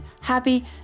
happy